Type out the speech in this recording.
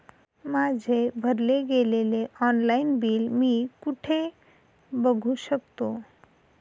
माझे भरले गेलेले ऑनलाईन बिल मी कुठे बघू शकतो?